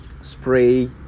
spray